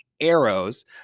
arrows